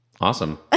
Awesome